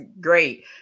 great